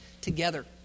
together